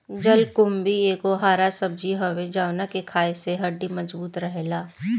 जलकुम्भी एगो हरा सब्जी हवे जवना के खाए से हड्डी मबजूत रहेला